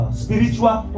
spiritual